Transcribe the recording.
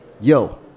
yo